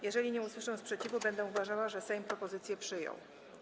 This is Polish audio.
Jeżeli nie usłyszę sprzeciwu, będę uważała, że Sejm propozycje przyjął.